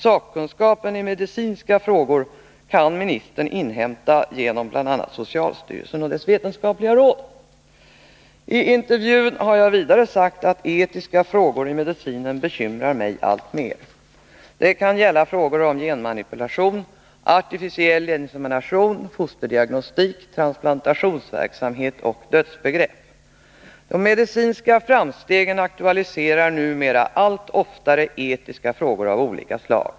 Sakkunskapen i medicinska frågor kan ministern inhämta genom bl.a. socialstyrelsen och dess vetenskapliga råd. I intervjun har jag tidigare sagt att etiska frågor i medicinen bekymrar mig alltmer. Det kan gälla frågor om genmanipulation, artificiell insemination, fosterdiagnostik, transplantationsverksamhet och dödsbegrepp. De medicinska framstegen aktualiserar numera allt oftare etiska frågor av olika slag.